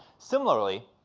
similarly,